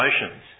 emotions